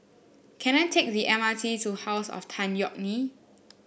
can I take the M R T to House of Tan Yeok Nee